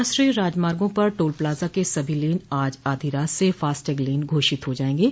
राष्ट्रीय राजमार्गों पर टोल प्लाजा के सभी लेन आज आधी रात से फास्टैग लेन घोषित हो जायेंगे